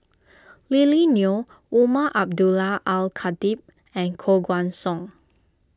Lily Neo Umar Abdullah Al Khatib and Koh Guan Song